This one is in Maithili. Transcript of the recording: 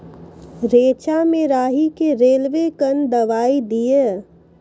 रेचा मे राही के रेलवे कन दवाई दीय?